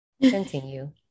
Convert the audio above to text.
continue